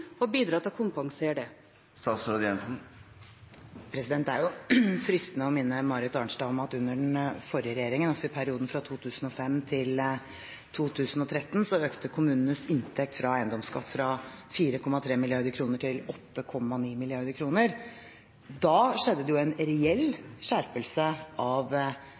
og bidra til å kompensere det? Det er fristende å minne Marit Arnstad om at under den forrige regjeringen, i perioden 2005–2013, økte kommunenes inntekt fra eiendomsskatt fra 4,3 mrd. kr til 8,9 mrd. kr. Da skjedde det en reell skjerpelse av